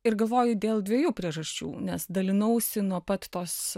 ir galvoju dėl dviejų priežasčių nes dalinausi nuo pat tos